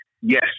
Yes